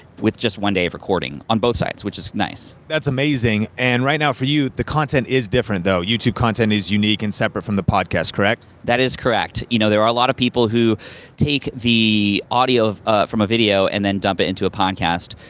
with just one day of recording. on both sides, which is nice. that's amazing, and right now for you, the content is different though. youtube content is unique and separate from the podcast, correct? that is correct. you know a lot of people who take the audio ah from a video, and then dump it into a podcast,